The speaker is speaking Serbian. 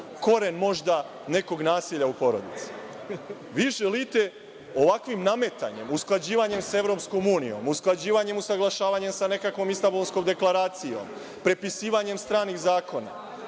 koren možda nekog nasilja u porodici? Vi želite ovakvim nametanjem, usklađivanjem sa EU, usklađivanjem, usaglašavanjem sa nekakvom Istanbulskom deklaracijom prepisivanjem stranih zakona